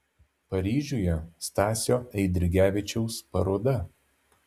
paryžiuje stasio eidrigevičiaus paroda